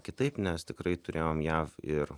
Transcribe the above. kitaip nes tikrai turėjom jav ir